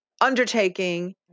undertaking